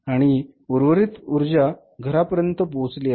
आणि उर्वरित ऊर्जा घरांपर्यंत पोहचली आहे